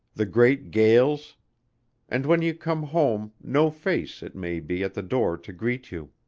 the great gales and when you come home, no face, it may be, at the door to greet you.